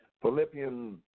Philippians